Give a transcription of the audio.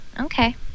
Okay